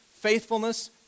faithfulness